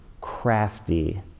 crafty